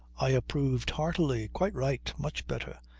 i approved heartily. quite right. much better.